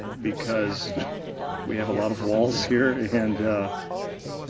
because we have a lot of walls here and, ah,